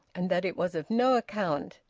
and that it was of no account.